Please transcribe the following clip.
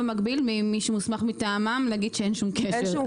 מלוריאל הודעה ממי שמוסמך מטעמם להגיד שאין שום קשר.